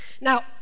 Now